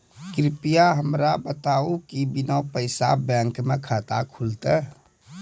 कृपया हमरा कहू कि बिना पायक बैंक मे खाता खुलतै?